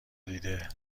دیده